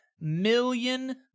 million